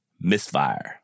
Misfire